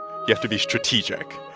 you have to be strategic.